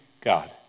God